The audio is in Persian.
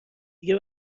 دیگه